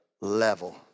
level